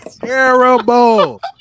Terrible